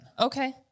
Okay